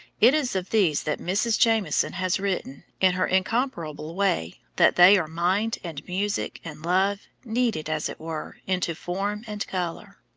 it is of these that mrs. jameson has written, in her incomparable way, that they are mind and music and love, kneaded, as it were, into form and color.